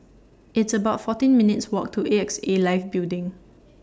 It's about fourteen minutes' Walk to A X A Life Building